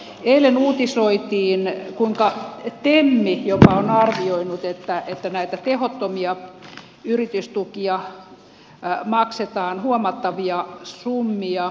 eilen uutisoitiin kuinka tem on arvioinut että näitä tehottomia yritystukia maksetaan huomattavia summia